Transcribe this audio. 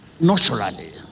Naturally